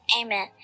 Amen